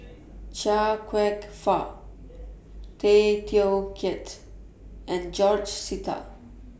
Chia Kwek Fah Tay Teow Kiat and George Sita